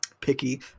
picky